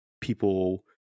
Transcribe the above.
people